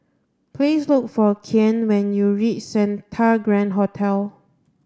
please look for Kian when you reach Santa Grand Hotel